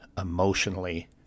emotionally